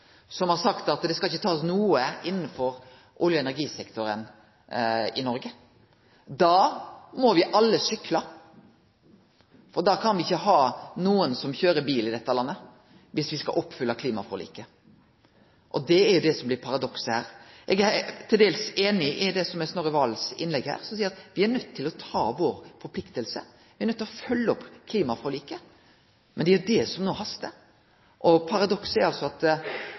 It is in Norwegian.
som har sagt at det ikkje skal takast noko innanfor olje- og energisektoren i Noreg. Da må me alle sykle, og da kan me ikkje ha nokon som køyrer bil i dette landet – viss me skal oppfylle klimaforliket. Og det er det som blir paradokset her. Eg er til dels einig i det Snorre Valen seier i innlegget sitt her, at me er nøydde til å ta vår forplikting, me er nøydde til å følgje opp klimaforliket. Men det er jo det som hastar no. Paradokset er at det no er snart fireårsbursdag for klimaforliket, og ingenting er